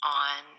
on